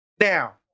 Now